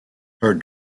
her